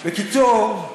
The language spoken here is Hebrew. מה קרה?